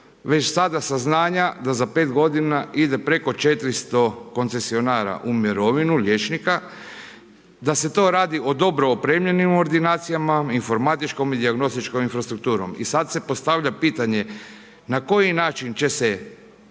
već sada saznanja da za 5 godina ide preko 400 koncesionara u mirovinu, liječnika, da se to radi o dobro opremljenim ordinacijama informatičkom i dijagnostičkom infrastrukturom. I sad se postavlja pitanje na koji način će se